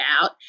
out